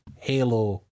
Halo